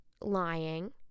lying